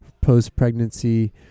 post-pregnancy